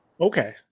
okay